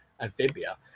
Amphibia